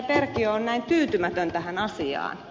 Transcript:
perkiö on näin tyytymätön tähän asiaan